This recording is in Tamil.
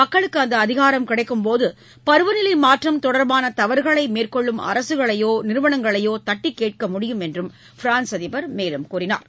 மக்களுக்கு அந்த அதிகாரம் கிடைக்கும் போது பருவநிலை மாற்றம் தொடர்பான தவறுகளை மேற்கொள்ளும் அரசுகளையோ நிறுவனங்களையோ தட்டிக் கேட்க முடியும் என்று பிரான்ஸ் அதிபர் தெரிவித்கார்